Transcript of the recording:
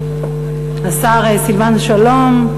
השר סילבן שלום,